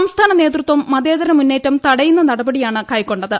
സംസ്ഥാന നേതൃത്വം മതേതര മുന്നേറ്റം തടയുന്ന നടപടിയാണ് ക്രൈക്കൊണ്ടത്